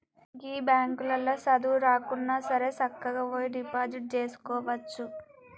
గీ బాంకులల్ల సదువు రాకున్నాసరే సక్కగవోయి డిపాజిట్ జేసుకోవచ్చు